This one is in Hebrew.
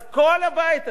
אז כל הבית הזה,